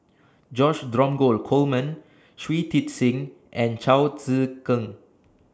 George Dromgold Coleman Shui Tit Sing and Chao Tzee Cheng